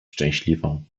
szczęśliwą